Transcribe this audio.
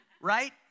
Right